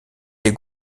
les